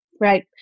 Right